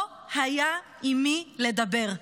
לא היה עם מי לדבר.